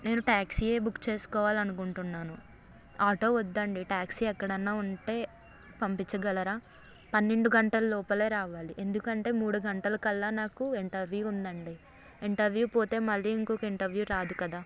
నేను టాక్సీయే బుక్ చేసుకోవాలి అనుకుంటున్నాను ఆటో వద్దండి టాక్సీ ఎక్కడన్నా ఉంటే పంపించగలరా పన్నెండు గంటల లోపలే రావాలి ఎందుకంటే మూడు గంటల కల్లా నాకు ఇంటర్వ్యూ ఉందండి ఇంటర్వ్యూ పోతే మళ్ళీ ఇంకొక ఇంటర్వ్యూ రాదు కదా